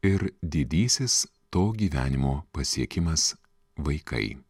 ir didysis to gyvenimo pasiekimas vaikai